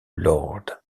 lord